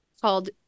called